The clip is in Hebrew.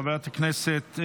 חברת הכנסת.